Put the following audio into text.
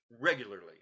regularly